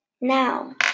now